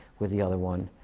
with the other one.